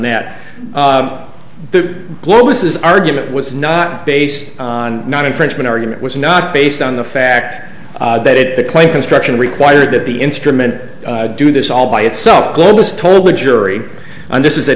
that the globus is argument was not based on not infringement argument was not based on the fact that it the claim construction required that the instrument do this all by itself globalist told the jury and this is at